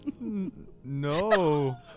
No